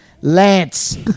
Lance